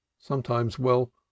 Sometimes—well